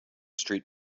street